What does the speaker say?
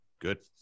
good